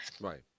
Right